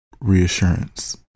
reassurance